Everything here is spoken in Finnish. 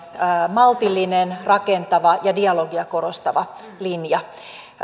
maltillinen rakentava ja dialogia korostava linja